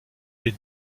les